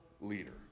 leader